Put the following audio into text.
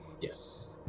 Yes